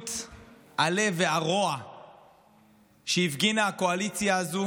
קשיחות הלב והרוע שהפגינה הקואליציה הזו